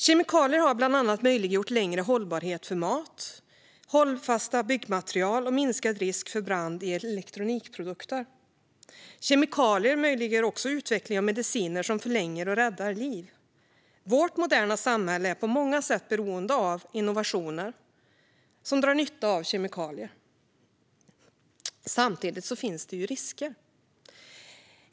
Kemikalier har bland annat möjliggjort längre hållbarhet för mat, hållfasta byggmaterial och minskad risk för brand i elektronikprodukter. Kemikalier möjliggör också utveckling av mediciner som förlänger och räddar liv. Vårt moderna samhälle är på många sätt beroende av innovationer som drar nytta av kemikalier. Samtidigt finns det risker.